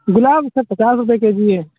گُلاب sir پچاس روپیہ K G ہے